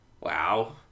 Wow